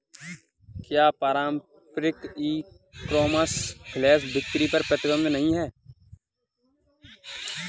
क्या पारंपरिक e commerce flash बिक्री पर प्रतिबंध नहीं है?